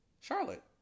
Charlotte